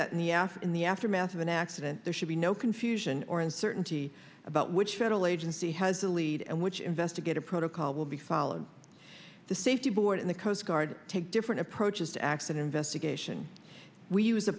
that in the ass in the aftermath of an accident there should be no confusion or uncertainty about which federal agency has the lead and which investigative protocol will be followed the safety board and the coast guard take different approaches to x and investigation we use a